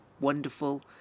wonderful